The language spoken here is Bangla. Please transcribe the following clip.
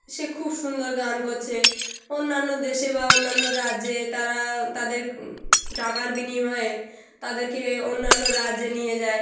সে খুব সুন্দর গান করছে অন্যান্য দেশে বা অন্যান্য রাজ্যে তারা তাদের টাকার বিনিময়ে তাদেরকে অন্যান্য রাজ্যে নিয়ে যায়